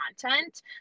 content